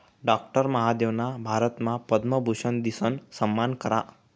doctor महादेवना भारतमा पद्मभूषन दिसन सम्मान करा